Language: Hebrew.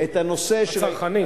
-- את הנושא -- הצרכני.